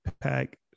pack